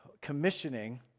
commissioning